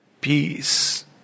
Peace